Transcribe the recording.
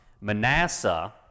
Manasseh